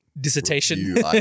dissertation